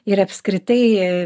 ir apskritai